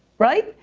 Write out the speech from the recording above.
right?